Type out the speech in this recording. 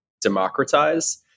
democratize